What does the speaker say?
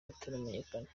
bataramenyekana